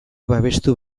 babestu